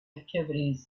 activities